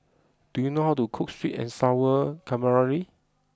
do you know how to cook Sweet and Sour Calamari